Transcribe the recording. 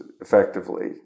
effectively